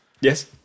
Yes